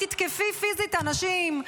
לכי תתקפי פיזית אנשים,